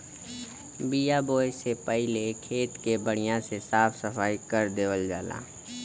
बिया बोये से पहिले खेत के बढ़िया से साफ सफाई कर देवल जाला